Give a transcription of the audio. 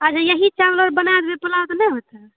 अच्छा यही चावल बना देतै पोलाव तऽ नहि होतै